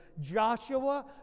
joshua